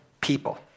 people